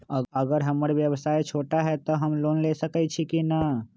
अगर हमर व्यवसाय छोटा है त हम लोन ले सकईछी की न?